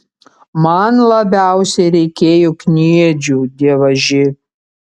man labiausiai reikėjo kniedžių dievaži